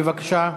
בבקשה.